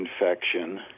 infection